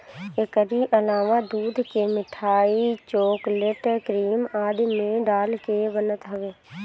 एकरी अलावा दूध के मिठाई, चोकलेट, क्रीम आदि में डाल के बनत हवे